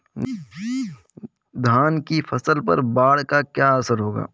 धान की फसल पर बाढ़ का क्या असर होगा?